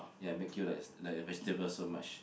ya make you like like a vegetable so much